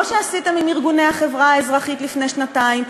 כמו שעשיתם עם ארגוני החברה האזרחית לפני שנתיים,